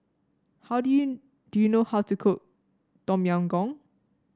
how do you do you know how to cook Tom Yam Goong